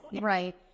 Right